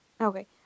Okay